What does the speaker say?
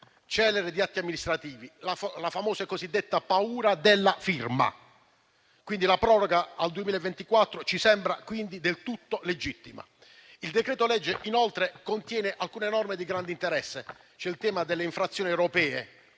celere di atti amministrativi, la cosiddetta paura della firma. La proroga al 2024 ci sembra quindi del tutto legittima. Il decreto-legge, inoltre, contiene alcune norme di grande interesse. C'è il tema delle infrazioni europee,